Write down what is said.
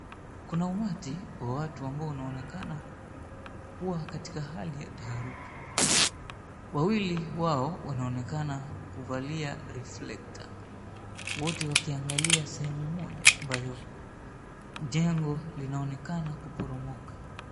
Kuna umati wa watu ambao unaonekana kuwa katika hali ya taharuki. Wawili wao wanaonekana kuvalia reflekta, wote wakiangalia sehemu moja ambayo jengo linaonekana kuporomoka.